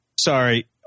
Sorry